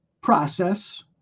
process